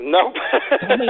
Nope